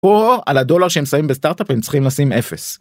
או על הדולר שהם שמים בסטארטאפ הם צריכים לשים 0.